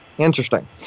interesting